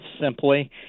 simply